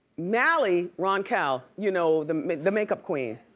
mally roncal, you know the the makeup queen,